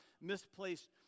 misplaced